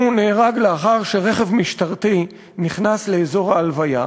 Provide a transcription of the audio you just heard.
הוא נהרג לאחר שרכב משטרתי נכנס לאזור ההלוויה,